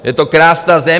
Je to krásná země.